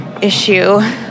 issue